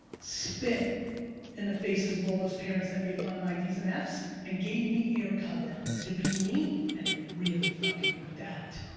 spit in the faces of all those parents that made fun of my d's and f's and gave me air cover to be me and it really fuckin' worked out,